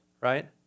right